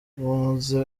umaze